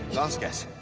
last guess.